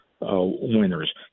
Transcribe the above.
winners